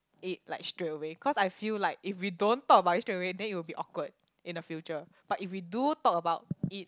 it like straight away cause I feel like if we don't talk about it straight away then you will be awkward in the future but if we do talk about it